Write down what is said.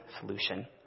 solution